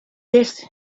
this